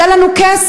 זה עולה לנו כסף,